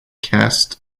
caste